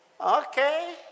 Okay